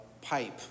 pipe